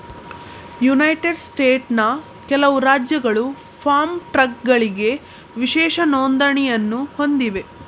United ಸ್ಟೇಟ್ಸ್ನ ಕೆಲವು ರಾಜ್ಯಗಳು ಫಾರ್ಮ್ ಟ್ರಕ್ಗಳಿಗೆ ವಿಶೇಷ ನೋಂದಣಿಯನ್ನು ಹೊಂದಿವೆ